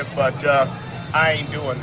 but i know and